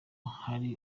hari